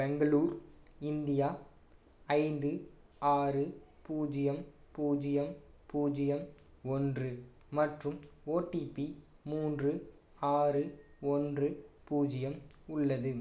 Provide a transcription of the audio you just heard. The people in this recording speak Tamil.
பெங்களூர் இந்தியா ஐந்து ஆறு பூஜ்ஜியம் பூஜ்ஜியம் பூஜ்ஜியம் ஒன்று மற்றும் ஓடிபி மூன்று ஆறு ஒன்று பூஜ்ஜியம் உள்ளது